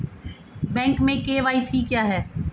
Bank में KYC क्या है?